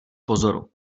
pozoru